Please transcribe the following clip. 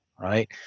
right